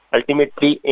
Ultimately